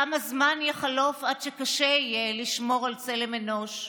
כמה זמן יחלוף עד שקשה יהיה לשמור על צלם אנוש?